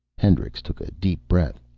hendricks took a deep breath.